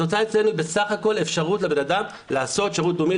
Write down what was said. התוצאה אצלנו היא בסך הכול אפשרות לבן אדם לעשות שירות לאומי,